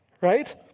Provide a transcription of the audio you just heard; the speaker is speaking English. right